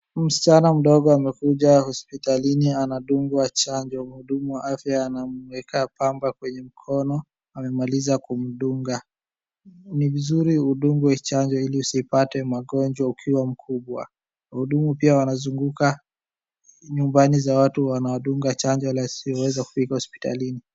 Msichana mdogo amekuja hospitalini, anadungwa chanjo. Mhudumu wa afya anamueka pamba kwenye mkono, amemaliza kumdunga. Ni vizuri udungwe chanjo ili usipate magonjwa ukiwa mkubwa. Mhudumu pia wanazunguka nyumbani za watu anawadunga chanjo wale wasioweza kufika hospitalini.